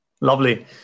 Lovely